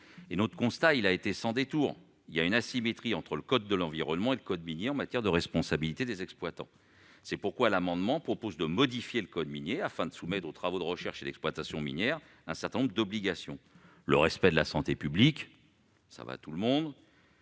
Notre constat a été, sans détour, celui d'une asymétrie entre le code de l'environnement et le code minier, en matière de responsabilité des exploitants. C'est pourquoi le présent amendement a pour objet de modifier le code minier, afin de soumettre les travaux de recherches et d'exploitation minières à un certain nombre d'obligations, dont le respect de la santé publique, ce qui convient à tout le monde-